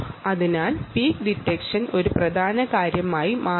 ഇവിടെ peak detection ഒരു പ്രധാന കാര്യമായി മാറുന്നു